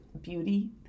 beauty